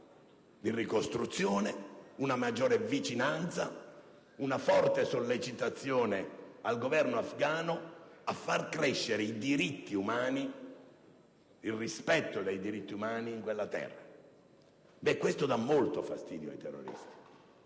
di ricostruzione, una maggiore vicinanza, una forte sollecitazione al Governo afgano a far crescere il rispetto dei diritti umani in quella terra. Questo dà molto fastidio ai terroristi,